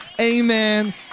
amen